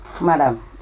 madam